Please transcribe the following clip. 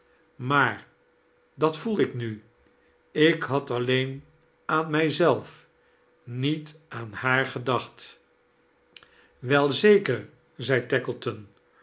maar dat voel ik nu ik had alleen aan mij zelf niet aan haar gedacht wel zeker riep